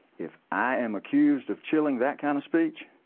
if i am accused of killing that kind of speech,